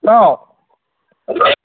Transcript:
hello